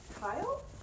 Kyle